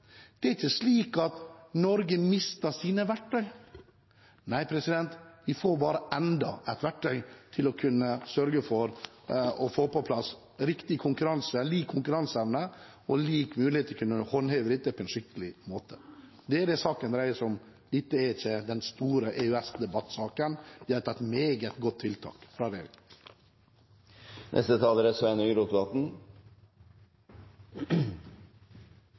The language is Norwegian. Det er ikke slik at Norge mister sine verktøy. Nei, vi får bare enda et verktøy til å sørge for å få på plass lik konkurranseevne og lik mulighet til å kunne håndheve dette på en skikkelig måte. Det er det saken dreier seg om. Dette er ikke den store EØS-debattsaken. Det er et meget godt tiltak fra regjeringen. Dagens tekst er